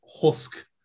husk